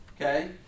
okay